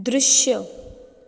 दृश्य